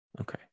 Okay